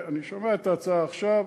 אני שומע את ההצעה עכשיו.